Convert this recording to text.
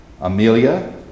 Amelia